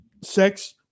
sex